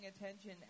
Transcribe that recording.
attention